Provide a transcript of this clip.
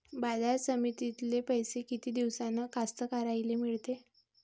बाजार समितीतले पैशे किती दिवसानं कास्तकाराइले मिळते?